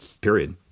period